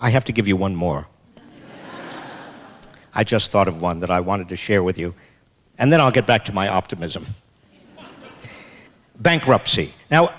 i have to give you one more i just thought of one that i wanted to share with you and then i'll get back to my optimism bankruptcy now